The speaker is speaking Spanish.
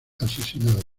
asesinada